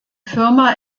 firma